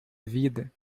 vida